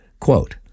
Quote